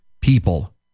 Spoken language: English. people